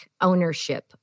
ownership